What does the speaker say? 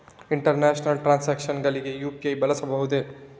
International transactions ಗಳಿಗೆ UPI ಬಳಸಬಹುದೇ?